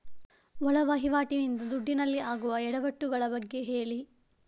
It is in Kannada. ಒಳ ವಹಿವಾಟಿ ನಿಂದ ದುಡ್ಡಿನಲ್ಲಿ ಆಗುವ ಎಡವಟ್ಟು ಗಳ ಬಗ್ಗೆ ಹೇಳಿ